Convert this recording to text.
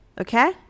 Okay